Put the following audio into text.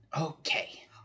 Okay